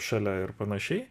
šalia ir panašiai